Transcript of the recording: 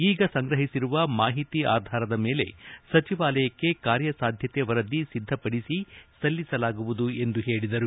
ಈಗ ಸಂಗ್ರಹಿಸಿರುವ ಮಾಹಿತಿ ಆಧಾರದ ಮೇಲೆ ಸಚಿವಾಲಯಕ್ಕೆ ಕಾರ್ಯಸಾಧ್ಯತೆ ವರದಿ ಸಿದ್ದಪಡಿಸಿ ಸಲ್ಲಿಸಲಾಗುವುದು ಎಂದು ಹೇಳಿದರು